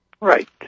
Right